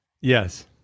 yes